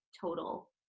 total